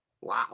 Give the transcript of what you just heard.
Wow